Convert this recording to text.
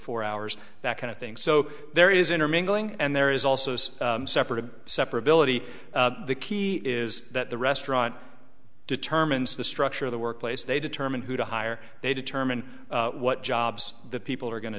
four hours that kind of thing so there is intermingling and there is also some separate a separate billet the key is that the restaurant determines the structure of the workplace they determine who to hire they determine what jobs the people are going to